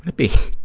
be,